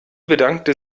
bedankte